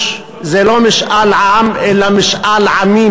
זה לא משאל עם אלא משאל עמים: